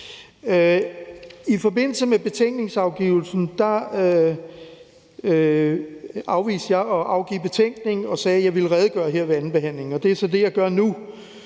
I forbindelse med betænkningsafgivelsen afviste jeg at afgive vores indstilling og sagde, at jeg ville redegøre for det her ved andenbehandlingen, og det er så det, jeg gør nu.